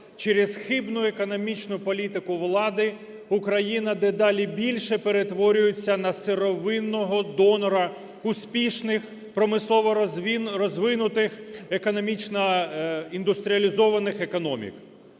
через хибну економічну політику влади Україна дедалі більше перетворюється на сировинного донора успішних промислово розвинутих економічно індустріалізованих економік.